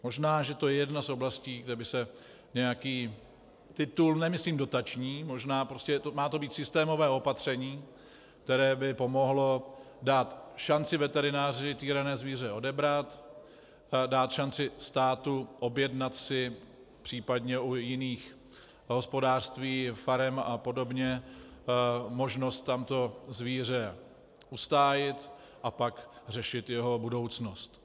Možná že to je jedna z oblastí, kde by se nějaký titul, nemyslím dotační, prostě to má být systémové opatření, které by pomohlo dát šanci veterináři týrané zvíře odebrat, dát šanci státu objednat si případně u jiných hospodářství, farem apod. možnost tam to zvíře ustájit a pak řešit jeho budoucnost.